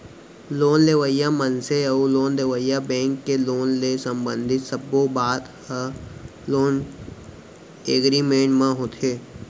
loan लेवइया मनसे अउ लोन देवइया बेंक के लोन ले संबंधित सब्बो बात ह लोन एगरिमेंट म होथे